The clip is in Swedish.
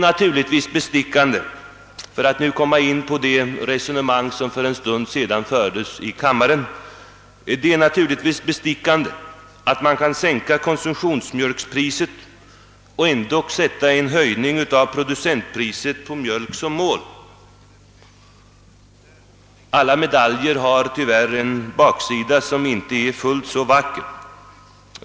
För att nu komma in på det resonemang som för en stund sedan fördes i kammaren, är det naturligtvis bestickande att man kan sänka konsumtionsmjölkpriset och ändå sätta en höjning av producentpriset på mjölk som mål. Alla medaljer har tyvärr en baksida som inte är fullt så vacker.